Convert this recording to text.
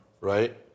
right